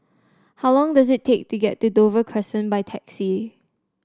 how long does it take to get to Dover Crescent by taxi